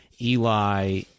eli